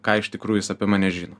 ką iš tikrųjų jis apie mane žino